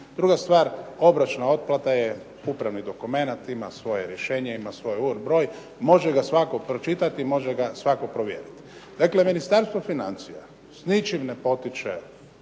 Druga stvar, obročna otplata je upravni dokumenat, ima svoje rješenje, ima svoj ur. broj. Može ga svatko pročitati, može ga svatko provjeriti. Dakle, Ministarstvo financija s ničim ne potiče